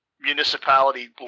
municipality